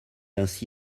ainsi